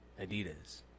adidas